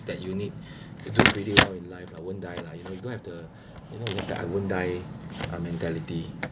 that you need to do really well in life I won't die lah you don't have the you know I won't die uh mentality